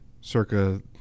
circa